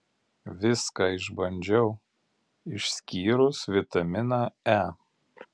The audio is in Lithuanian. viską išbandžiau išskyrus vitaminą e